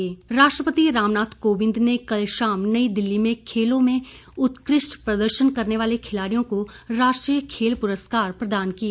राष्ट्रपति राष्ट्रपति रामनाथ कोविंद ने कल शाम नई दिल्ली में खेलों में उत्कृष्ट प्रदर्शन करने वाले खिलाड़ियों को राष्ट्रीय खेल पुरस्कार प्रदान किए